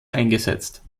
eingesetzt